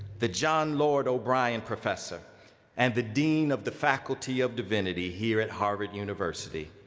the john lord o'brian professor and the dean of the faculty of divinity here at harvard university,